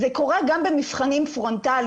זה קורה גם במבחנים פרונטליים.